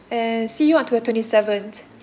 and see you on twe~ twenty seventh